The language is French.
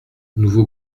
nouveau